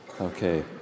Okay